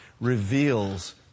reveals